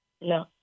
no